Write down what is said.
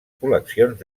col·leccions